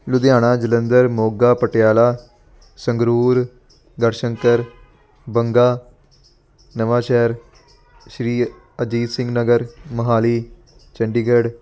Ludhiana Jalandhar Moga Patiala Sangrur Garhshankar Banga Nawanshahr Shri Ajit Singh Nagar Mohali Chandigarh